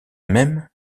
même